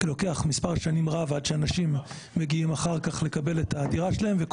לוקח מספר שנים רב עד שאנשים מגיעים אחר-כך לקבל את הדירה שלהם וכל